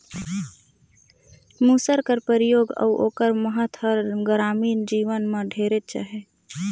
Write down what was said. मूसर कर परियोग अउ ओकर महत हर गरामीन जीवन में ढेरेच अहे